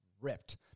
ripped